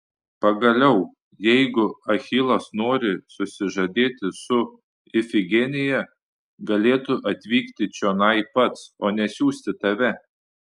pagaliau jeigu achilas nori susižadėti su ifigenija galėtų atvykti čionai pats o ne siųsti tave